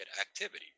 activity